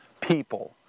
people